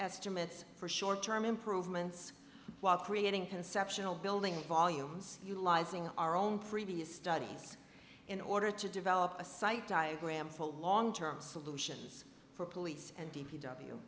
estimates for short term improvements while creating conceptional building volumes utilizing our own previous studies in order to develop a site diagram for a long term solutions for police and